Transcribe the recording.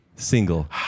Single